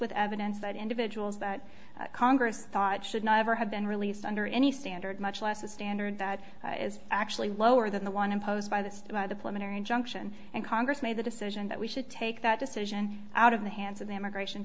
with evidence that individuals that congress thought should never have been released under any standard much less a standard that is actually lower than the one imposed by the system of the plenary injunction and congress made the decision that we should take that decision out of the hands of the immigration